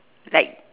like